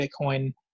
Bitcoin